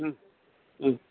हम्